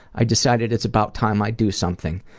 i decided it's about time i do something.